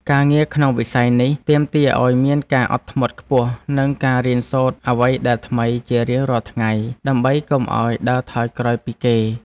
ការងារក្នុងវិស័យនេះទាមទារឱ្យមានការអត់ធ្មត់ខ្ពស់ និងការរៀនសូត្រអ្វីដែលថ្មីជារៀងរាល់ថ្ងៃដើម្បីកុំឱ្យដើរថយក្រោយពីគេ។